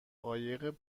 قایق